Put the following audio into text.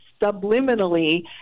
subliminally